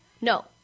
No